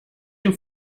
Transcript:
dem